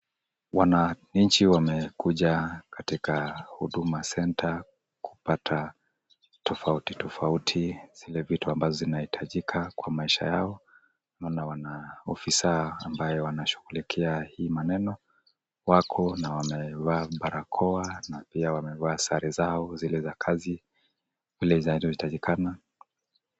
Wananchi wamekuja katika Huduma Center kupata tofauti tofauti zile vitu ambazo zinahitajika kwa maisha yao, naona wa na afisa ambayo anashughulikia hii maneno, wako na wamevaa barakoa na pia wamevaa sare zao zile za kazi, zile zinazohitajikana.